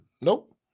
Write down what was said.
nope